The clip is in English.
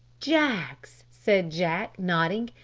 jaggs, said jack, nodding,